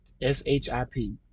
S-H-I-P